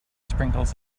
sprinkles